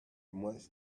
much